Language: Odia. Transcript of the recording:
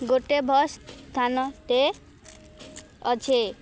ଗୋଟେ ବସ୍ ସ୍ଥାନଟେ ଅଛେ